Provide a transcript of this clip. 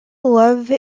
love